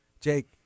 Jake